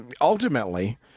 ultimately